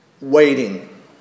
waiting